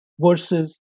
versus